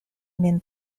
min